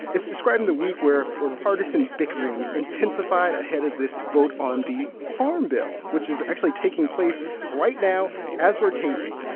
it's describing the week where partisan bickering intensified ahead of this vote on the farm bill, which is actually taking place right now as we're taping.